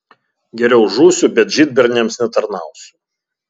geriau žūsiu bet žydberniams netarnausiu